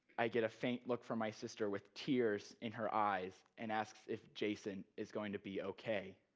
i get a faint look from my sister with tears in her eyes and asks if jason is going to be okay.